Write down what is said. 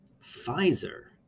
Pfizer